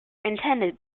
intended